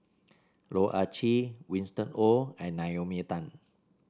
Loh Ah Chee Winston Oh and Naomi Tan